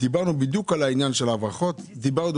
דיברנו בדיוק על העניין של ההברחות, דיברנו